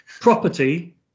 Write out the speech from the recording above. Property